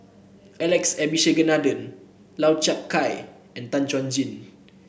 Alex Abisheganaden Lau Chiap Khai and Tan Chuan Jin